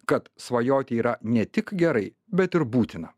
kad svajoti yra ne tik gerai bet ir būtina